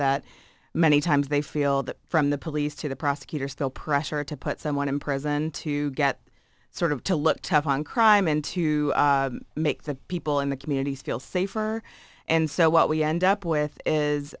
that many times they feel that from the police to the prosecutor still pressure to put someone in prison to get sort of to look tough on crime and to make the people in the communities feel safer and so what we end up with is